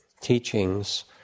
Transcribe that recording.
teachings